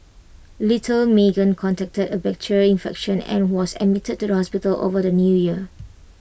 little Meagan contacted A bacterial infection and was admitted to the hospital over the New Year